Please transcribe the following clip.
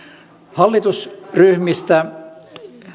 hallitusryhmistä